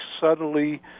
subtly